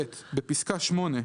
בפסקה (8),